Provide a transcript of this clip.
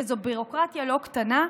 וזו ביורוקרטיה לא קטנה,